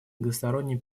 многосторонним